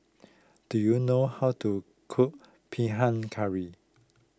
do you know how to cook Pahang Curry